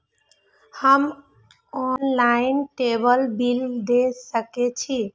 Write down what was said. हम online table bill दे सके छी?